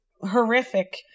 horrific